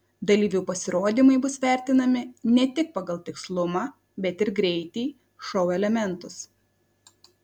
dalyvių pasirodymai bus vertinami ne tik pagal tikslumą bet ir greitį šou elementus